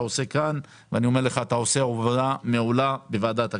עושה כאן ואני אומר לך שאתה מוביל מעולה את ועדת הכספים.